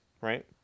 right